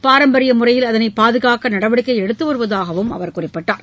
பாரம்பரிய முறையில் அதனை பாதுகாக்க நடவடிக்கை எடுத்து வருவதாகவும் அவர் குறிப்பிட்டார்